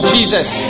Jesus